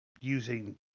using